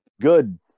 good